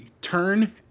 turn